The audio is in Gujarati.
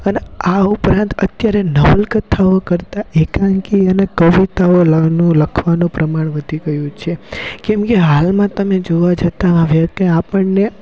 અને આ ઉપરાંત અત્યારે નવલકથાઓ કરતાં એકાંકી અને કવિતાઓ લખવાનું પ્રમાણ વધી ગયું છે કેમ કે હાલમાં તમે જોવા જતાં હવે કે આપણને